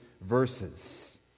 verses